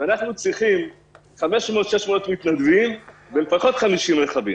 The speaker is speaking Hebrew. אנחנו צריכים 500 600 מתנדבים ולפחות 50 רכבים.